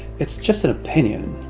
it's just an opinion.